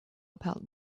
about